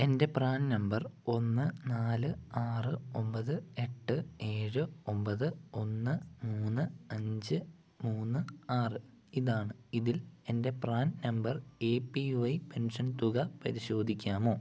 എൻ്റെ PRAN number ഒന്ന് നാല് ആറ് ഒമ്പത് എട്ട് ഏഴ് ഒമ്പത് ഒന്ന് മൂന്ന് അഞ്ച് മൂന്ന് ആറ് ഇതാണ് ഇതിൽ എൻ്റെ PRAN number A P Y pension തുക പരിശോധിക്കാമോ